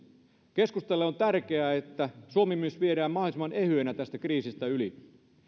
keskustalle on tärkeää että suomi myös viedään mahdollisimman ehyenä tästä kriisistä yli